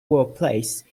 workplace